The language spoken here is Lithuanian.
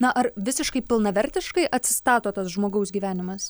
na ar visiškai pilnavertiškai atsistato tas žmogaus gyvenimas